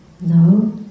No